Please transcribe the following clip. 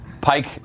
Pike